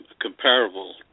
comparable